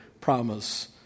promise